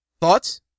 Thoughts